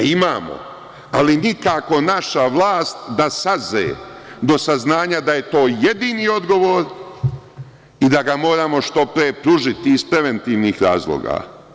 Imamo, ali nikako naša vlast da sazre do saznanja da je to jedini odgovor i da ga moramo što pre pružiti iz preventivnih razloga.